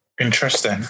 Interesting